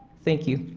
thank you.